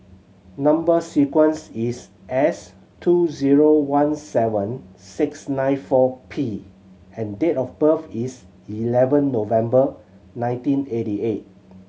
number sequence is S two zero one seven six nine four P and date of birth is eleven November nineteen eighty eight